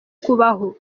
kubaho